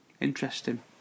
Interesting